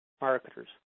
marketers